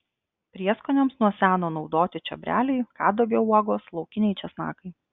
prieskoniams nuo seno naudoti čiobreliai kadagio uogos laukiniai česnakai